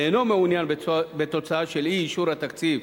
ואינו מעוניין בתוצאה של אי-אישור התקציב,